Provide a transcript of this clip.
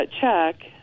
CHECK